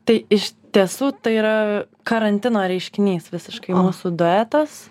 tai iš tiesų tai yra karantino reiškinys visiškai mūsų duetas